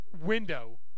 window